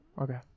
okay